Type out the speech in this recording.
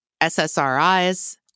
SSRIs